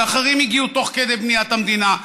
ואחרים הגיעו תוך כדי בניית המדינה,